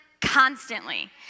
constantly